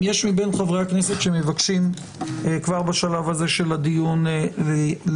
אם יש מבין חברי הכנסת שמבקשים כבר בשלב הזה של הדיון להתייחס,